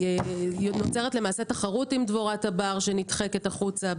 נוצרת למעשה תחרות עם דבורת הבר שנדחקת החוצה,